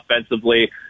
offensively